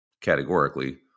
categorically